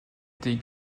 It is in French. des